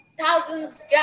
Thousands